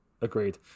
agreed